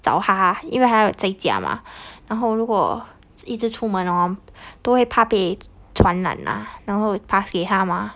找她因为还有在家嘛然后如果一直出门 orh 都会怕被传染啦然后 pass 给她吗